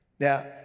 now